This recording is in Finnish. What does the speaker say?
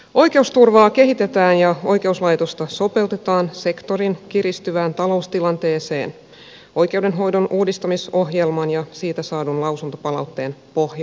oikeusturvaa kehitetään ja oikeuslaitosta sopeutetaan sektorin kiristyvään taloustilanteeseen oikeudenhoidon uudistamisohjelman ja siitä saadun lausuntopalautteen pohjalta